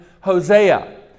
Hosea